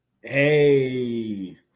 Hey